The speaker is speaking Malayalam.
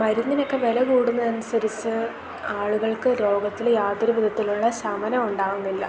മരുന്നിനൊക്കെ വില കൂടുന്നത് അനുസരിച്ച് ആളുകൾക്ക് രോഗത്തിൽ യാതൊരു വിധത്തിലുള്ള ശമനം ഉണ്ടാവുന്നില്ല